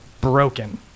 broken